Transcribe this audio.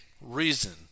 reason